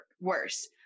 worse